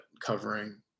covering